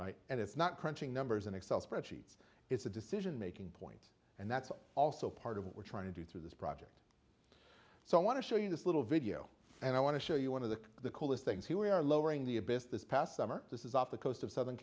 machines and it's not crunching numbers and excel spreadsheets it's a decision making point and that's also part of what we're trying to do through this project so i want to show you this little video and i want to show you one of the coolest things here we are lowering the abyss this past summer this is off the coast of southern